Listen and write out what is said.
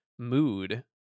Mood